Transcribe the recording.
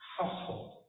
household